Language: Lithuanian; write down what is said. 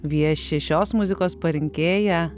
vieši šios muzikos parinkėja